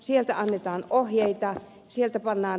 sieltä annetaan ohjeita